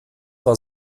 war